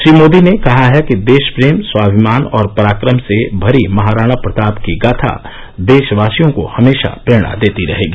श्री मोदी ने कहा है कि देश प्रेम स्वाभिमान और पराक्रम से भरी महाराणा प्रताप की गाथा देशवासियों को हमेशा प्रेरणा देती रहेगी